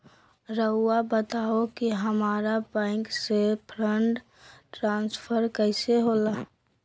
राउआ बताओ कि हामारा बैंक से फंड ट्रांसफर कैसे होला?